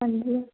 ਹਾਂਜੀ